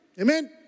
amen